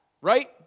right